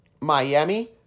Miami